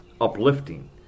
uplifting